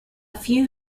few